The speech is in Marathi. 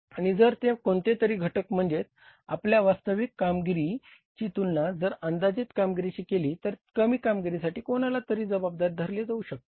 आणि जर ते कोणतेतरी घटक म्हणजेच आपल्या वास्तविक कामगिरीची तुलना जर अंदाजित कामगिरीशी केली तर कमी कामगिरीसाठी कोणाला तरी जबाबदार धरले जाऊ शकते